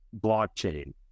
blockchain